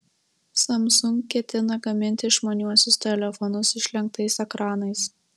samsung ketina gaminti išmaniuosius telefonus išlenktais ekranais